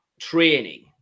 training